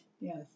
Yes